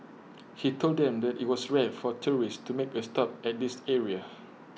he told them that IT was rare for tourists to make A stop at this area